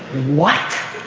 what?